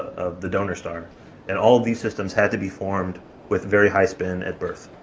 of the donor star and all these systems had to be formed with very high spin at birth.